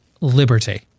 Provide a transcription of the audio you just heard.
liberty